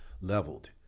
leveled